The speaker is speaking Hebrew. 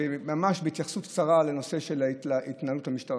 ממש בהתייחסות קצרה לנושא של התנהלות המשטרה.